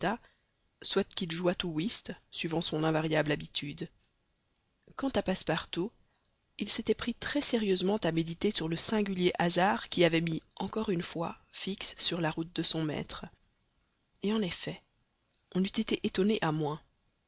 soit qu'il jouât au whist suivant son invariable habitude quant à passepartout il s'était pris très sérieusement à méditer sur le singulier hasard qui avait mis encore une fois fix sur la route de son maître et en effet on eût été étonné à moins